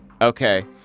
Okay